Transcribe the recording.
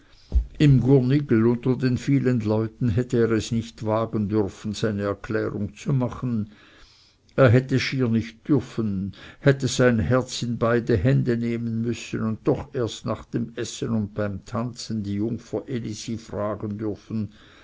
im gurnigel unter den vielen leuten hätte er es nicht wagen dürfen seine erklärung zu machen er hätte schier nicht dürfen hätte sein herz in beide hände nehmen müssen und doch erst nach dem essen und beim tanzen die jungfer elise fragen dürfen